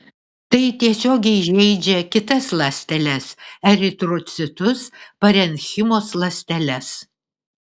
tai tiesiogiai žeidžia kitas ląsteles eritrocitus parenchimos ląsteles